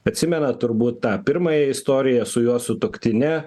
atsimenat turbūt tą pirmąją istoriją su jo sutuoktine